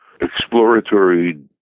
exploratory